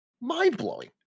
mind-blowing